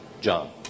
John